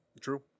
True